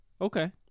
okay